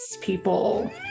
people